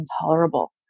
intolerable